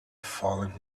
fallen